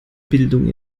bildung